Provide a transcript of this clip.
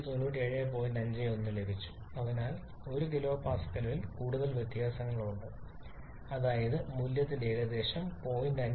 51 ലഭിച്ചു അതിനാൽ 1 kPa യിൽ കൂടുതൽ വ്യത്യാസമുണ്ട് അതായത് മൂല്യത്തിൽ ഏകദേശം 0